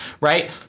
Right